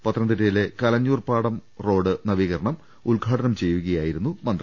പത്തനംതിട്ടയിലെ കലഞ്ഞൂർ പാടം റോഡ് നവീക രണം ഉദ്ഘാടനം ചെയ്യുകയായിരുന്നു മന്ത്രി